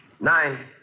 Nine